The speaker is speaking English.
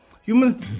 humans